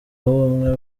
w’ubumwe